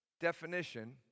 definition